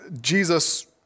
Jesus